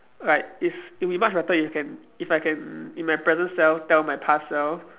like is it'll be much better if can if I can in my present self tell my past self